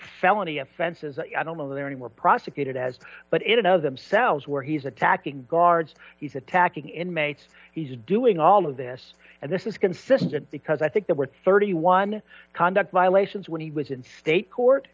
felony offenses i don't know they're any more prosecuted as but in and of themselves where he's attacking guards he's attacking inmates he's doing all of this and this is consistent because i think there were thirty one conduct violations when he was in state court